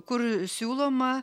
kur siūloma